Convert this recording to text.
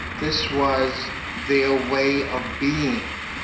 this was their way of being.